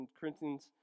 Corinthians